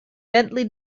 bentley